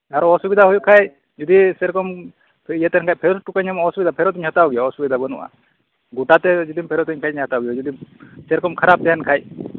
ᱟᱨᱚ ᱚᱥᱩᱵᱤᱛᱟ ᱦᱩᱭᱩᱜ ᱠᱷᱟᱡ ᱡᱩᱫᱤ ᱥᱮᱨᱚᱠᱚᱢ ᱤᱭᱟᱹ ᱛᱟᱦᱮᱱ ᱠᱷᱟᱡ ᱯᱷᱮᱨᱚᱛ ᱴᱚ ᱠᱟᱹᱧᱟᱢ ᱚᱥᱩᱵᱤᱛᱟ ᱯᱷᱮᱨᱚᱛ ᱤᱧ ᱦᱟᱛᱟᱣ ᱜᱮᱭᱟ ᱚᱥᱵᱤᱛᱟ ᱵᱟᱹᱱᱩᱜᱼᱟ ᱜᱚᱴᱟ ᱛᱮ ᱡᱩᱫᱤᱢ ᱯᱷᱮᱨᱚᱛ ᱤᱧ ᱠᱷᱟᱱ ᱫᱚᱹᱧ ᱦᱟᱛᱟᱣ ᱜᱮᱭᱟ ᱡᱩᱫᱤ ᱥᱮᱨᱚᱠᱚᱢ ᱠᱷᱟᱨᱟᱯ ᱛᱟᱦᱮᱱ ᱠᱷᱟᱡ